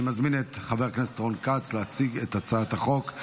אני מזמין את חבר הכנסת רון כץ להציג את הצעת החוק.